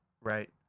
right